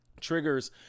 Triggers